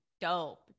dope